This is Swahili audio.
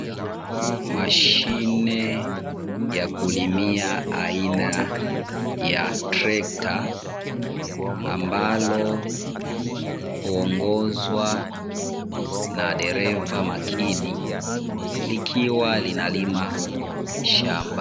Mashine ya kulimia aina ya trekta, ambalo huongozwa na dereva makini likiwa linalima shamba.